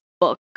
book